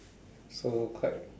so quite